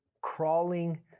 crawling